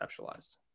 conceptualized